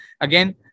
again